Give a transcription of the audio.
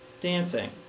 Dancing